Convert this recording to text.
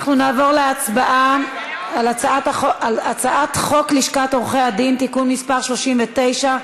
אנחנו נעבור להצבעה על הצעת חוק לשכת עורכי-הדין (תיקון מס' 39),